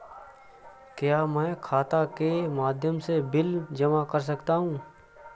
क्या मैं खाता के माध्यम से बिल जमा कर सकता हूँ?